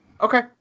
Okay